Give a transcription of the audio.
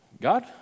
God